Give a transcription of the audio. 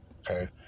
Okay